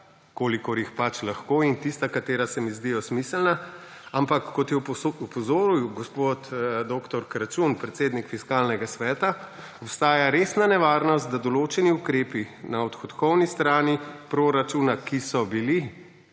kolikor jih pač lahko, in tista, ki se zdijo smiselna. Ampak kot je opozoril gospod dr. Kračun, predsednik Fiskalnega sveta, obstaja resna nevarnost, da določeni ukrepi na odhodkovni strani proračuna, ki so bili